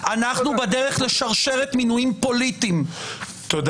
אנחנו בדרך לשרשרת מינויים פוליטיים -- תודה.